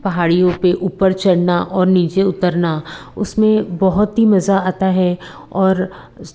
पहाड़ियो पर ऊपर चढ़ना और नीचे उतरना उसमें बहुत ही मज़ा आता है और